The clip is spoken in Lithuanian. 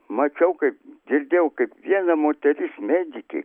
mačiau kaip girdėjau kaip viena moteris medikė